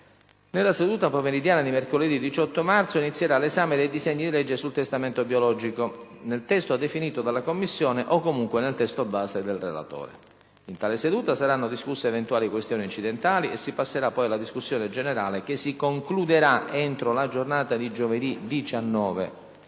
nella seduta pomeridiana di mercoledì 18 marzo inizierà l'esame dei disegni di legge sul testamento biologico, nel testo definito dalla Commissione o comunque nel testo base del relatore. In tale seduta saranno discusse eventuali questioni incidentali e si passerà poi alla discussione generale che si concluderà entro la giornata di giovedì 19.